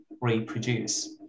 reproduce